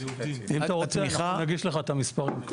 אם אתה רוצה, אנחנו נגיש לך את המספרים.